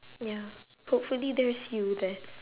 ya hopefully there's you there